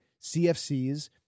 CFCs